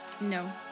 No